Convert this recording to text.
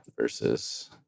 versus